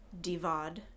Divad